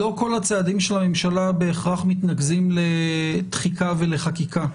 לא כל הצעדים של הממשלה בהכרח מתנקזים לתחיקה וחקיקה,